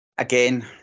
Again